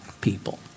people